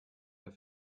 der